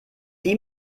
wie